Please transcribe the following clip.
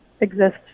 exist